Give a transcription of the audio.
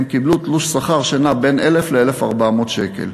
הם קיבלו תלוש שכר שנע בין 1,000 ל-1,400 שקל,